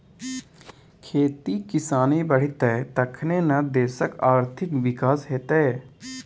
खेती किसानी बढ़ितै तखने न देशक आर्थिक विकास हेतेय